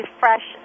fresh